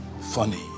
funny